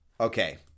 Okay